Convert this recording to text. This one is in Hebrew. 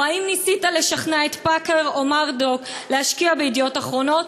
האם ניסית לשכנע את פאקר או מרדוק להשקיע ב"ידיעות אחרונות"?